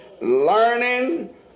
learning